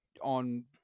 on